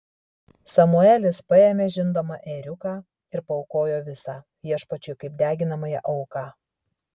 samuelis paėmė žindomą ėriuką ir paaukojo visą viešpačiui kaip deginamąją auką